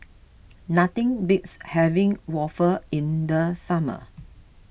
nothing beats having Waffle in the summer